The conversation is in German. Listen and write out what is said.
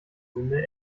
sinne